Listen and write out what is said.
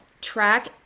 track